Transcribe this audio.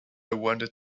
wanted